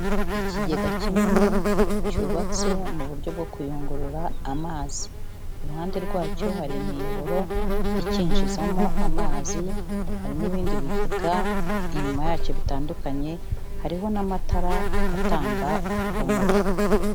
Ikigega kinini cyubatse mu buryo bwo kuyungurura amazi. Iruhande rwacyo hari imiyoboro ikinjizamo amazi, hari n'ibindi bigega inyuma yacyo bitandukanye, hariho n'amatara atanga urumuri.